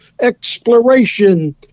exploration